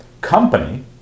company